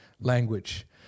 language